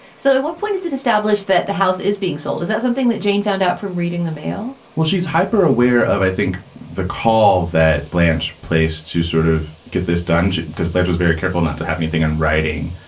so at what point is it established that the house is being sold? is that something that jane found out from reading the mail? well, she's hyper aware of, i think the call that blanche place to sort of get this done, because betty was very careful not to have anything in writing,